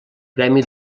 premi